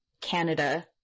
Canada